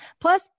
Plus